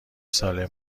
سالمی